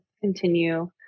continue